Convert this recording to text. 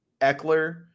Eckler